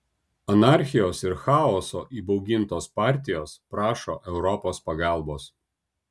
anarchijos ir chaoso įbaugintos partijos prašo europos pagalbos